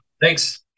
Thanks